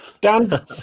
Dan